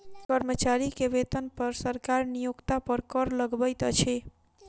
कर्मचारी के वेतन पर सरकार नियोक्ता पर कर लगबैत अछि